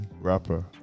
rapper